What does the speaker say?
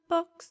Box